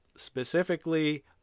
Specifically